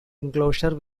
enclosure